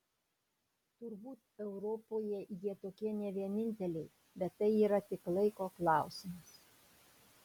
turbūt europoje jie tokie ne vieninteliai bet tai yra tik laiko klausimas